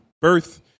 birth